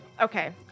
Okay